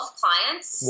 clients